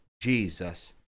Jesus